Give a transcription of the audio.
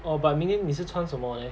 oh but 明天你是穿什么 eh